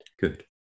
good